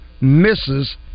misses